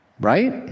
right